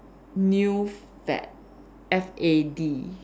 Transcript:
new fad F_A_D